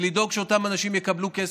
ולדאוג שאותם אנשים יקבלו כסף.